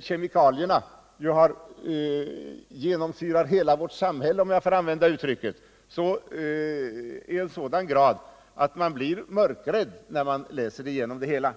kemikalierna har genomsyrat, om jag får uttrycka mig så, hela vårt samhälle i så hög grad att man blir mörkrädd när man studerar det hela.